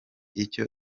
icyo